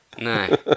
no